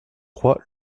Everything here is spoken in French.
crois